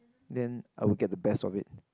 then I will get the best of it